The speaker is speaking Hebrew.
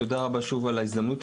תודה רבה, שוב, על ההזדמנות.